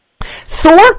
Thor